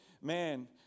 man